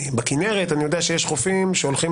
בכינרת יש חופים שבני נוער הולכים